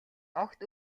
огт